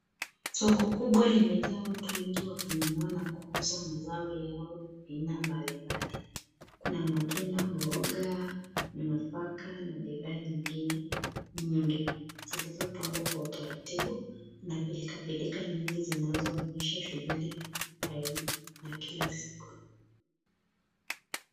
Soko kubwa limejaa watu wengi wakinunua na kuuza mazao yao ya aina mbalimbali, kuna matunda, mboga, nafaka na bidhaa nyingine nyingi zilizo pangwa kwa utaratibu na pilka pilka nyingi zinazoonyesha shughuli ya kila siku.